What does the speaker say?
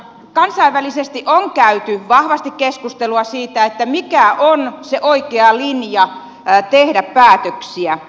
kansainvälisesti on käyty vahvasti keskustelua siitä mikä on se oikea linja tehdä päätöksiä